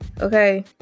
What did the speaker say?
okay